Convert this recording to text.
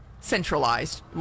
centralized